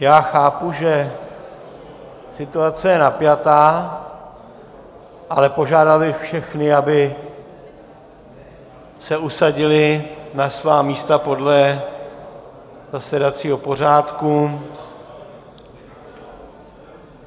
Já chápu, že situace je napjatá, ale požádal bych všechny, aby se usadili na svá místa podle zasedacího pořádku